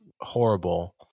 horrible